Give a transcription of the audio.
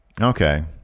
Okay